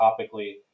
topically